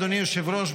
אדוני היושב-ראש,